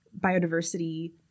biodiversity